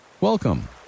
Welcome